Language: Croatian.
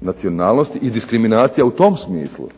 nacionalnosti i diskriminacija u tom smislu.